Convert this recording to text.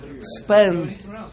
spend